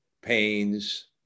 pains